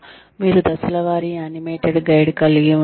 మీరు దశల వారీ యానిమేటెడ్ గైడ్ కలిగి ఉండవచ్చు